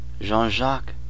Jean-Jacques